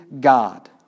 God